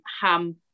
ham